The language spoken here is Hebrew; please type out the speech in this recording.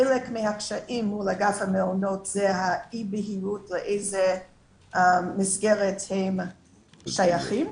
חלק מהקשיים מול אגף המעונות זה אי הבהירות לאיזה מסגרת הם שייכים.